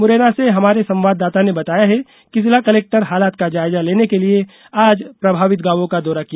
मुरैना से हमारे संवाददाता ने बताया है कि जिला कलेक्टर हालात का जायजा लेने के लिये आज प्रभावित गांवो का दौरा किया